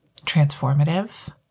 transformative